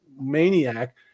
maniac